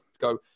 go